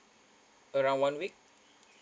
around one week